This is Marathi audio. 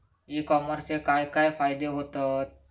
ई कॉमर्सचे काय काय फायदे होतत?